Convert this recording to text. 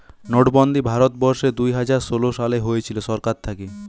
নোটবন্দি ভারত বর্ষে দুইহাজার ষোলো সালে হয়েছিল সরকার থাকে